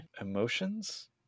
emotions